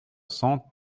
cents